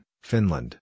Finland